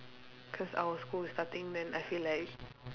cause our school is starting then I feel like